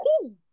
cool